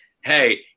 Hey